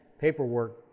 paperwork